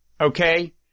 okay